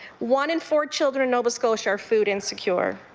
one in four children in nova scotia are food insecure.